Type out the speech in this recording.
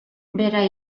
bera